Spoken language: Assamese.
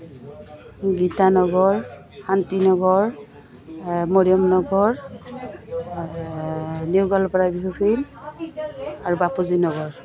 গীতানগৰ শান্তি নগৰ মৰিয়ম নগৰ নিউ গোৱালপাৰা বিহুফিল্ড আৰু বাপুজি নগৰ